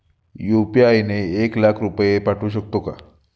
UPI ने एक लाख रुपये पाठवू शकतो का?